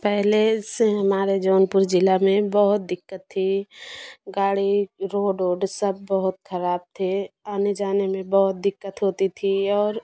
पहले से हमारे जौनपुर जिला में बहुत दिक्कत थी गाड़ी रोड रोड सब बहुत खराब थे आने जाने में बहुत दिक्कत होती थी और